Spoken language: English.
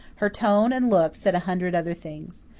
her tone and look said a hundred other things.